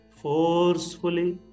forcefully